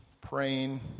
praying